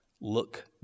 Look